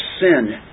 sin